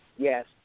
Yes